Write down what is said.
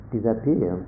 disappear